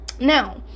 now